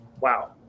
Wow